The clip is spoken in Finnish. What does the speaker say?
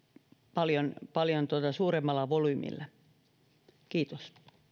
paljon paljon suuremmalla volyymilla kiitos